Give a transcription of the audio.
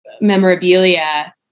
memorabilia